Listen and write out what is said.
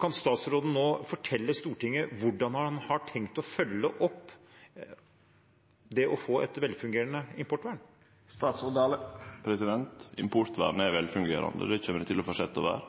Kan statsråden nå fortelle Stortinget hvordan han har tenkt å følge opp det å få et velfungerende importvern? Importvernet er velfungerande, og det kjem det til å fortsetje å vere.